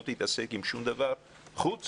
לא תתעסק עם שום דבר חוץ